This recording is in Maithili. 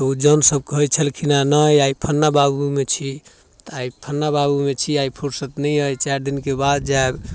तऽ जोनसब कहै छलखिन हँ नहि आइ फल्लाँ बाबूमे छी तऽ आइ फल्लाँ बाबूमे छी आइ फुरसति नहि अइ आइ चारि दिनके बाद जाएब